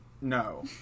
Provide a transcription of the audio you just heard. no